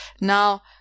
Now